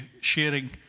sharing